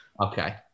Okay